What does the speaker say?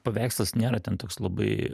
paveikslas nėra ten toks labai